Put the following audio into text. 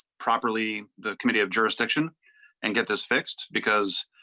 properly the committee of jurisdiction and get this fixed because.